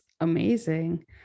amazing